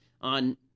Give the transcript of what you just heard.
on